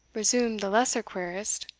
resumed the lesser querist,